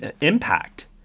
impact